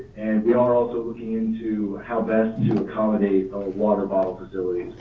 and we are also looking into how best to accommodate a water bottle facility